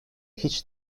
hiç